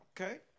okay